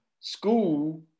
school